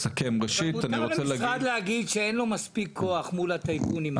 מותר למשרד להגיד שאין לו מספיק כוח מול הטייקונים.